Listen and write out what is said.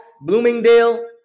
Bloomingdale